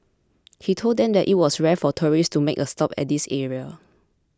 he told them that it was rare for tourists to make a stop at this area